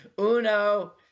Uno